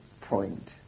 point